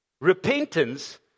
Repentance